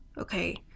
okay